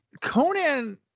Conan